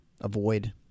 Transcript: avoid